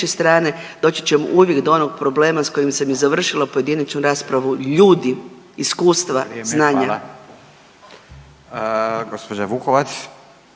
Hvala.